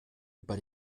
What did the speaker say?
über